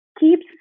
keeps